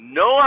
no